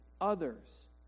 others